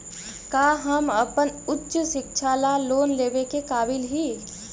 का हम अपन उच्च शिक्षा ला लोन लेवे के काबिल ही?